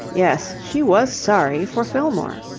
yes, she was sorry for fillmore.